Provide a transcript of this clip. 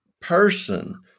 person